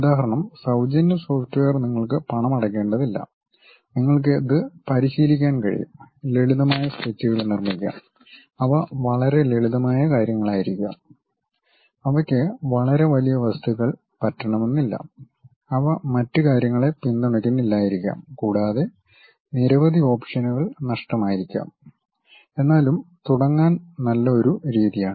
ഉദാഹരണം സൌജന്യ സോഫ്റ്റ്വെയർ നിങ്ങൾക്ക് പണമടയ്ക്കേണ്ടതില്ല നിങ്ങൾക്ക് ഇത് പരിശീലിക്കാൻ കഴിയും ലളിതമായ സ്കെച്ചുകൾ നിർമ്മിക്കാം അവ വളരെ ലളിതമായ കാര്യങ്ങളായിരിക്കാം അവയ്ക്ക് വളരെ വലിയ വസ്തുക്കൾ പറ്റണമെന്നില്ല അവ മറ്റ് കാര്യങ്ങളെ പിന്തുണയ്ക്കുന്നില്ലായിരിക്കാം കൂടാതെ നിരവധി ഓപ്ഷനുകൾ നഷ്ടമായിരിക്കാം എന്നാലുംതുടങ്ങാൻ നല്ല ഒരു രീതിയാണ്